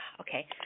Okay